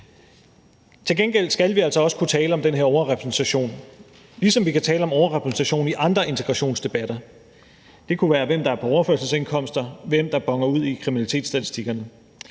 Til gengæld skal vi altså også kunne tale om den her overrepræsentation, ligesom vi kan tale om overrepræsentation i andre integrationsdebatter. Det kunne være spørgsmål om, hvem der er på overførselsindkomster, hvem der boner ud i kriminalitetsstatistikkerne.